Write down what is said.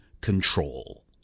control